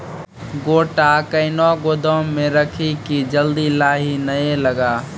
गोटा कैनो गोदाम मे रखी की जल्दी लाही नए लगा?